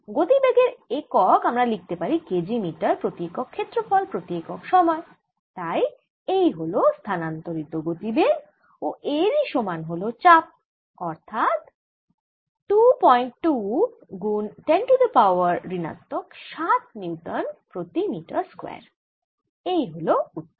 গতিবেগ এর একক আমি লিখতে পারি কেজি মিটার প্রতি একক ক্ষেত্রফল প্রতি একক সময় তাই এই হল স্থানান্তরিত গতিবেগ ও এরই সমান হল চাপ অর্থাৎ 2 পয়েন্ট 2 গুন 10 টু দি পাওয়ার ঋণাত্মক 7 নিউটন প্রতি মিটার স্কয়ার এই হল উত্তর